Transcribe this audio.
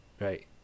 right